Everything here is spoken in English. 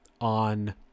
on